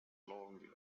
long